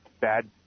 bad